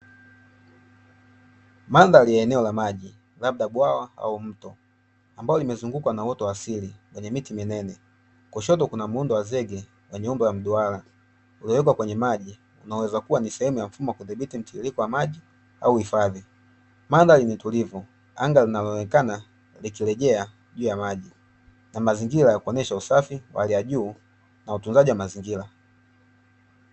Mandhari ya eneo la maji labda bwawa au mto ambalo limezungukwa na uoto wa asili wenye miti minene kushoto kuna muundo wa zege wenye muundo wa mduara uliowekwa kwenye maji unaweza kuwa ni sehemu ya mfumo wa kudhibiti mtiririko wa maji au hifadhi. Mandhari ni tulivu, anga linalo onekana likilejea juu ya maji na mazingira ya kuonyesha usafi wa hali ya juu na utunzaji wa mazingira.